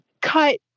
cut